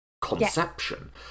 conception